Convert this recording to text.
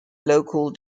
local